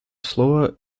слово